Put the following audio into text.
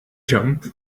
jump